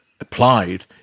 applied